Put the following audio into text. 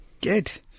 Good